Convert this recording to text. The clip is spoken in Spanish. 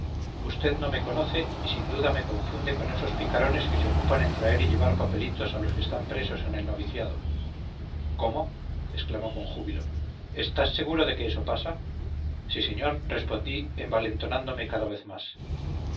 usted no me conoce y sin duda me confunde con esos picarones que se ocupan en traer y llevar papelitos a los que están presos en el noviciado cómo exclamó con júbilo estás seguro de que eso pasa sí señor respondí envalentonándome cada vez más